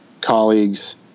colleagues